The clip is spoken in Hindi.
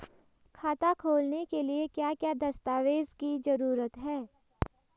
खाता खोलने के लिए क्या क्या दस्तावेज़ की जरूरत है?